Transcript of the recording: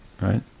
right